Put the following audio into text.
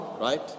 right